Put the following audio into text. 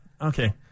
okay